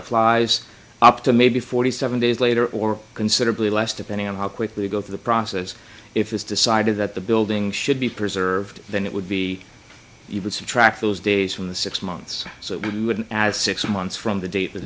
applies up to maybe forty seven days later or considerably less depending on how quickly you go through the process if it's decided that the building should be preserved than it would be even subtract those days from the six months so we would add six months from the date the